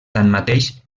tanmateix